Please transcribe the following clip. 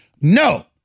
No